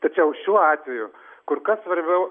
tačiau šiuo atveju kur kas svarbiau